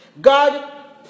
God